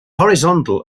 horizontal